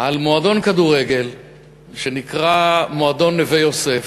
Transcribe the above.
על מועדון כדורגל שנקרא מועדון "נווה-יוסף"